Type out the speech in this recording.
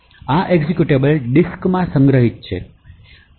આ એક્ઝેક્યુટેબલ ડિસ્કમાં સંગ્રહિત છે